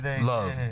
Love